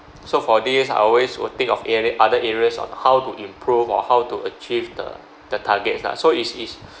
so for this I always will think of area other areas on how to improve or how to achieve the the targets lah so is is